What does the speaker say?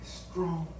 strong